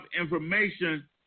information